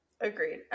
Agreed